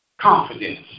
Confidence